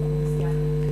בבקשה.